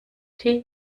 tee